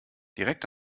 direkt